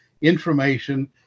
information